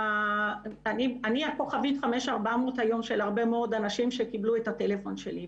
אני הכוכבית 5400 היום של הרבה מאוד אנשים שקיבלו את טלפון שלי.